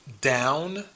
down